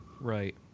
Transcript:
Right